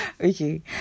Okay